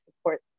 support